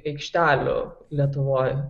aikštelių lietuvoj